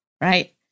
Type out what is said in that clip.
right